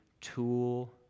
tool